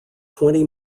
twenty